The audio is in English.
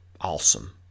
Awesome